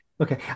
Okay